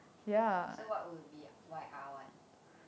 ya so what will be why are [one]